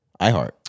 iHeart